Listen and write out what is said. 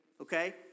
okay